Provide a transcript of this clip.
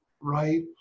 right